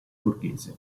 borghese